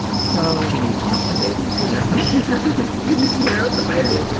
so can you taunt the baby? does that help? can you swear at the baby?